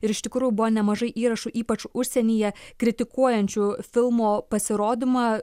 ir iš tikrųjų buvo nemažai įrašų ypač užsienyje kritikuojančių filmo pasirodymą